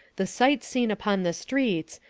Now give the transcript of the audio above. the sights seen upon the streets,